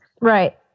Right